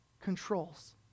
controls